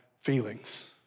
feelings